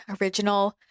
original